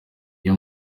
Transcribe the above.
iyo